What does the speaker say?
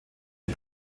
die